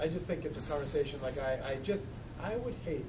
i just think it's a conversation like i just i would